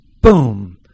boom